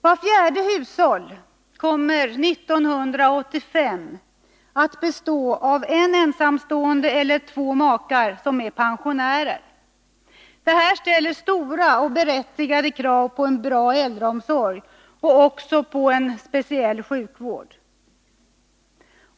Vart fjärde hushåll kommer 1985 att bestå av en ensamstående pensionär eller två makar som är pensionärer. Detta ställer stora och berättigade krav på en bra äldreomsorg och också på speciell sjukvård.